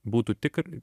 būtų tik